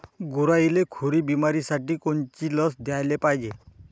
गुरांइले खुरी बिमारीसाठी कोनची लस द्याले पायजे?